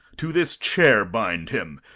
to this chair bind him.